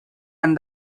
and